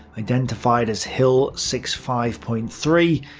identified as hill sixty five point three,